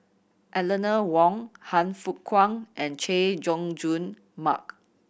Eleanor Wong Han Fook Kwang and Chay Jung Jun Mark